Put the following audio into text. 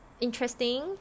interesting